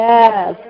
Yes